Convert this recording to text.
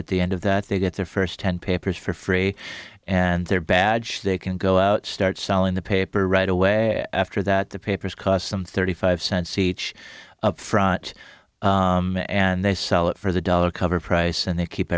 at the end of that they get their first ten papers for free and their badge they can go out start selling the paper right away after that the papers cost some thirty five cents each up front and they sell it for the dollar cover price and they keep